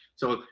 so,